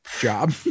job